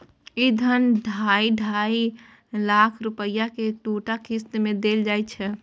ई धन ढाइ ढाइ लाख रुपैया के दूटा किस्त मे देल जाइ छै